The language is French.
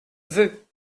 veut